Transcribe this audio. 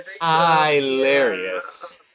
hilarious